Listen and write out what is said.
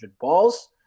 balls